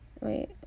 Wait